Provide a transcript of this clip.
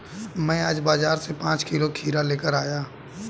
मैं आज बाजार से पांच किलो खीरा लेकर आया